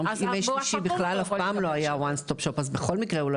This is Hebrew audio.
לפני שבכלל לא היו מרכזי ה-ONE STOP SHOP אז בכל מקרה הוא לא